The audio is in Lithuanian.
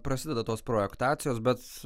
prasideda tos projektacijos bet